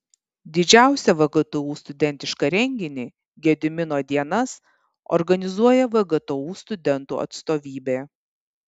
didžiausią vgtu studentišką renginį gedimino dienas organizuoja vgtu studentų atstovybė